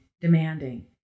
demanding